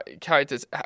characters